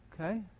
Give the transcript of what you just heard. okay